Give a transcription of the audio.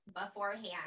beforehand